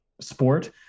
sport